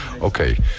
Okay